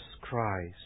Christ